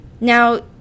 Now